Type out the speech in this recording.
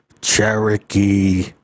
Cherokee